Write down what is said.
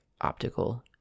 optical